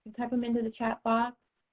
type them into the chat box,